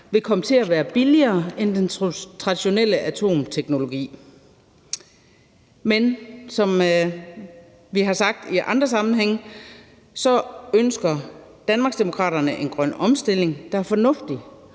vil komme til at være billigere end den traditionelle atomteknologi. Men som vi har sagt i andre sammenhænge, ønsker Danmarksdemokraterne en grøn omstilling, der er fornuftig.